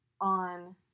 on